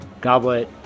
goblet